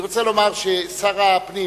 אני רוצה לומר ששר הפנים,